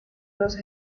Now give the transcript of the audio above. los